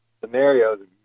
scenarios